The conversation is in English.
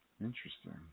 Interesting